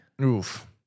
Oof